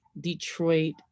Detroit